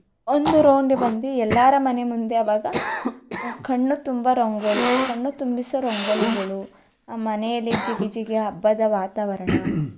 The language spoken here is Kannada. ಒಂದು ರೌಂಡ್ ಬಂದು ಎಲ್ಲರ ಮನೆ ಮುಂದೆ ಅವಾಗ ಕಣ್ಣು ತುಂಬ ರಂಗೋಲಿ ಕಣ್ಣು ತುಂಬಿಸುವ ರಂಗೋಲಿಗಳು ಆ ಮನೆಯಲ್ಲಿ ಜಿಗಿಜಿಗಿ ಹಬ್ಬದ ವಾತಾವರಣ